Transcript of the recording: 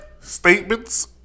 Statements